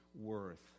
worth